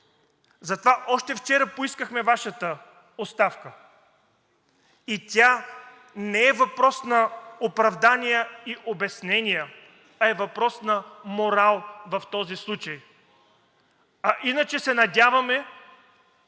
Затова още вчера поискахме Вашата оставка и тя не е въпрос на оправдания и обяснения, а е въпрос на морал в този случай. А иначе се надяваме